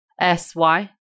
S-Y